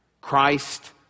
Christ